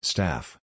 Staff